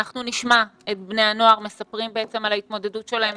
אנחנו נשמע את בני הנוער מספרים על ההתמודדות שלהם